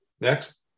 Next